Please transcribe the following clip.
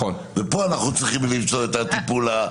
ופה אנחנו צריכים למצוא את הטיפול.